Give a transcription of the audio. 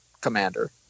commander